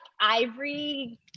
Ivory